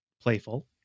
playful